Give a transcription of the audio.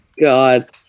God